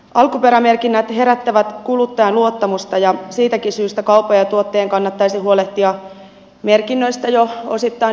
alkuperämerkinnät herättävät kuluttajan luottamusta ja siitäkin syystä kaupan ja tuottajan kannattaisi huolehtia merkinnät jo osittain vapaaehtoisesti kuntoon